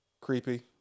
creepy